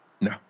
no